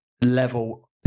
level